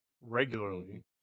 regularly